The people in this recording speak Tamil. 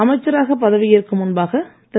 அமைச்சராக பதவியேற்கும் முன்பாக திரு